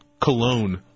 cologne